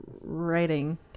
writing